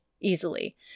easily